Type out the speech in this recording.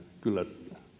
kyllä